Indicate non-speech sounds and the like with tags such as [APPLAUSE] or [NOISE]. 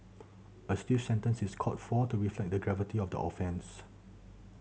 a stiff sentence is called for to reflect the gravity of the offences [NOISE]